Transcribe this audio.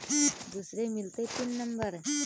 दुसरे मिलतै pin number?